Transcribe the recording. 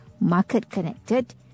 market-connected